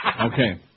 Okay